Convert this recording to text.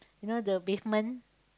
you know the basement